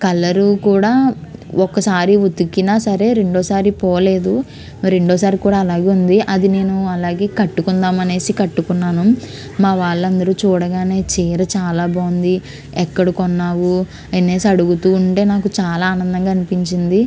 colour కూడా ఒకసారి ఉతికినా సరే రెండవసారి పోలేదు రెండవసారి కూడా అలాగే ఉంది అది నేను అలాగే కట్టుకుందాం అనేసి కట్టుకున్నాను మా వాళ్ళందరూ చూడగానే చీర చాలా బాగుంది ఎక్కడ కొన్నావు అనేసి అడుగుతూ ఉంటే నాకు చాలా ఆనందంగా అనిపించింది